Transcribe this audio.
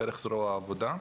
דרך זרוע העבודה,